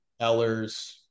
Ellers